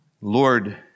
Lord